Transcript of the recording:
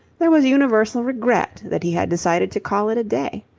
there was universal regret that he had decided to call it a day.